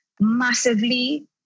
massively